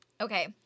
Okay